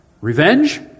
Revenge